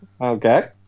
Okay